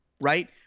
right